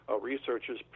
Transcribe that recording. researchers